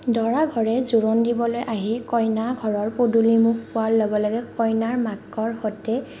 দৰা ঘৰে জোৰোণ দিবলৈ আহি কইনা ঘৰৰ পদূলিমুখ পোৱাৰ লগে লগে কইনাৰ মাকৰ সতে